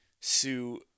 Sue